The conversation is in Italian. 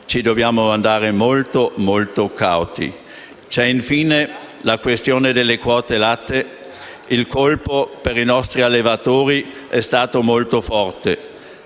Dobbiamo andarci molto cauti! C'è infine la questione delle quote latte. Il colpo per i nostri allevatori è stato molto forte.